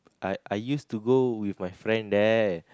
I used to go with my friend there